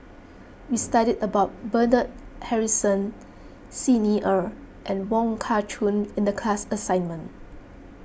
we studied about Bernard Harrison Xi Ni Er and Wong Kah Chun in the class assignment